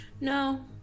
no